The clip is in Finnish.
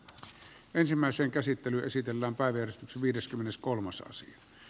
nyt ensimmäisen käsittely olisi tämän päivän viideskymmeneskolmas osa